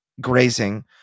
grazing